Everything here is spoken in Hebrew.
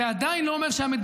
זה עדיין לא אומר שהמדינה,